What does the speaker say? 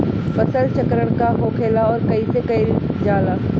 फसल चक्रण का होखेला और कईसे कईल जाला?